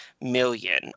million